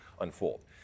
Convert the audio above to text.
unfold